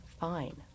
fine